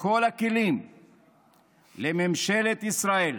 לממשלת ישראל